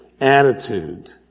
attitude